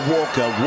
Walker